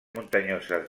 muntanyoses